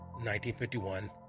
1951